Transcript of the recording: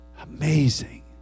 Amazing